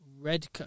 red